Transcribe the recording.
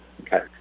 Okay